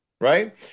right